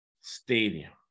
stadium